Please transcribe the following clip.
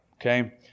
okay